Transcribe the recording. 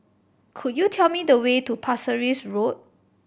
could you tell me the way to Pasir Ris Road